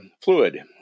fluid